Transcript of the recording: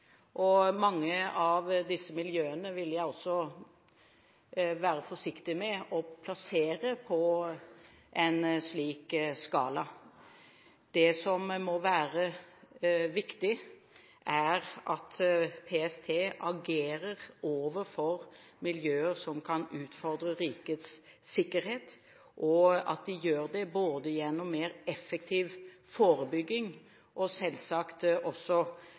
Mange av disse miljøene ville jeg også være forsiktig med å plassere på en slik skala. Det som må være viktig, er at PST agerer overfor miljøer som kan utfordre rikets sikkerhet, og at de gjør det gjennom mer effektiv forebygging – og selvsagt